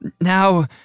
Now